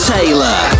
Taylor